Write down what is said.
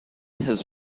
his